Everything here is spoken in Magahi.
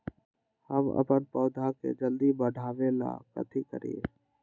हम अपन पौधा के जल्दी बाढ़आवेला कथि करिए?